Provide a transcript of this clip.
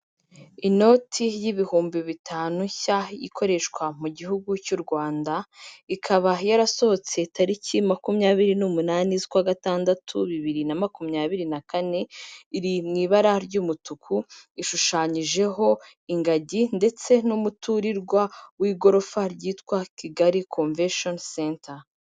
Inoti y'ibihumbi bitanu nshya ikoreshwa mu gihugu cy'u Rwanda, ikaba yarasohotse tariki makumyabiri n'umunani z'ukwa gatandatu bibiri na makumyabiri na kane, iri mu ibara ry'umutuku, ishushanyijeho ingagi ndetse n'umuturirwa w'igorofa ryitwa Kigali komvesheni senta.